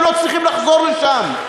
הם לא צריכים לחזור לשם.